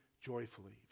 joyfully